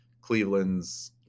Cleveland's